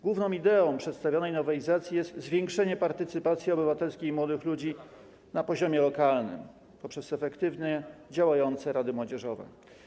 Główną ideą przedstawionej nowelizacji jest zwiększenie partycypacji obywatelskiej młodych ludzi na poziomie lokalnym poprzez efektywnie działające rady młodzieżowe.